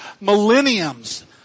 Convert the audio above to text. millenniums